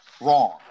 wrong